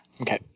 Okay